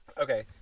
Okay